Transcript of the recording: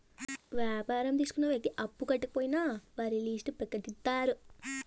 వ్యాపారం తీసుకున్న వ్యక్తి అప్పు కట్టకపోయినా వారి లిస్ట్ ప్రకటిత్తారు